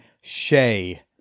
shay